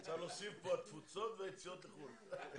צריך להוסיף פה: התפוצות והיציאות לחו"ל.